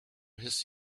his